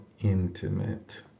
intimate